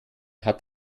hat